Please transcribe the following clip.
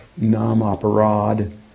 namaparad